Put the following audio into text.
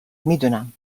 میدونم